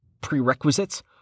Prerequisites